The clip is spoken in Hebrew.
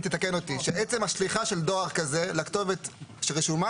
תתקן אותי שעצם השליחה של דואר כזה לכתובת שרשומה,